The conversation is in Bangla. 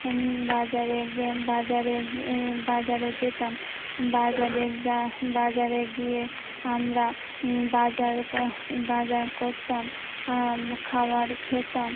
বাজারে গিয়ে বাজারে বাজারে যেতাম বাজারে যা বাজারে গিয়ে আমরা বাজার বাজার করতাম খাওয়ার খেতাম